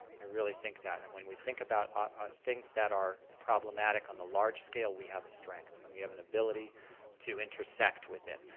i really think that, and when we think about things that are problematic on the large scale, we have a strength, and we have an ability to intersect with it.